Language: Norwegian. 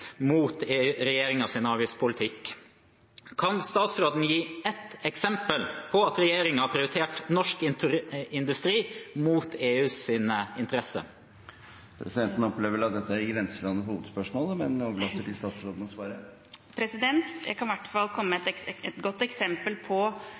mot regjeringens avgiftspolitikk. Kan statsråden gi ett eksempel på at regjeringen har prioritert norsk industri mot EUs interesser? Presidenten opplever at dette vel er i grenseland i forhold til hovedspørsmålet, men overlater til statsråden å svare. Jeg kan i hvert fall komme med